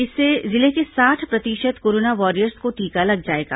इससे जिले के साठ प्रतिशत कोरोना वॉरियर्स को टीका लग जाएगा